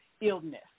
illness